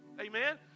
Amen